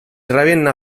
ravenna